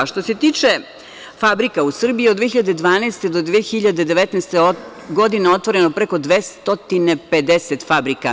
Što se tiče fabrika u Srbiji, od 2012. do 2019. godine otvoreno je preko 250 fabrika.